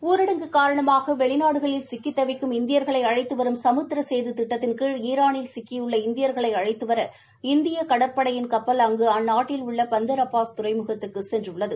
ஊரடங்கு காரணமாக வெளிநாடுகளில் சிக்கித் தவிக்கும் இந்தியர்களை அழைத்து வரும் சமுத்திர சேது திட்டத்தின்கீழ் ஈரானில் சிக்கியுள்ள இந்தியா்களை அழைத்தவர இந்திய கடற்படையின் கப்பல் அங்கு அந்நாட்டில் உள்ள பந்தர் அபாஸ் துறைமுகத்துக்கு சென்றுள்ளது